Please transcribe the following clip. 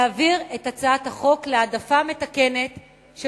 להעביר את הצעת החוק להעדפה מתקנת של